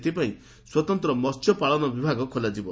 ଏଥିପାଇଁ ସ୍ୱତନ୍ତ ମହ୍ୟପାଳନ ବିଭାଗ ଖୋଲାଯିବ